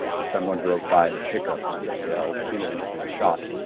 and someone drove by in a pickup and yelled, kennedy's been shot.